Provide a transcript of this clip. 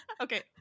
Okay